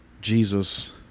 Jesus